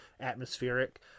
atmospheric